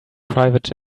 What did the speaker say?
private